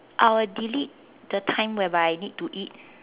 I will delete the time whereby I need to eat